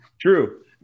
True